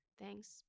Thanks